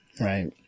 right